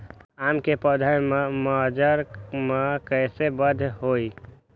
आम क पौधा म मजर म कैसे बढ़त होई?